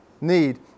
need